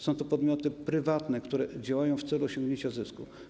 Są to podmioty prywatne, które działają w celu osiągnięcia zysku.